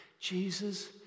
Jesus